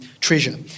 treasure